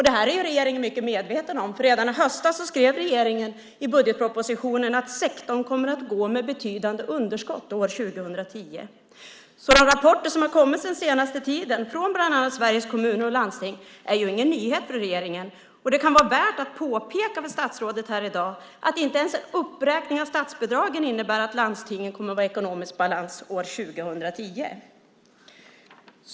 Detta är regeringen mycket medveten om. Redan i höstas skrev regeringen i budgetpropositionen att sektorn kommer att gå med betydande underskott 2010. De rapporter som kommit den senaste tiden, bland annat från Sveriges Kommuner och Landsting, är alltså inga nyheter för regeringen. Det kan vara värt att här i dag påpeka för statsrådet att inte ens en uppräkning av statsbidragen innebär att landstingen kommer att vara i ekonomisk balans 2010.